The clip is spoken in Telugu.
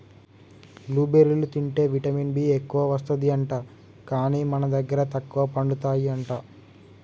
బ్లూ బెర్రీలు తింటే విటమిన్ బి ఎక్కువస్తది అంట, కానీ మన దగ్గర తక్కువ పండుతాయి అంట